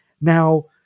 Now